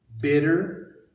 Bitter